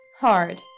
hard